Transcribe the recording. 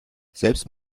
selbst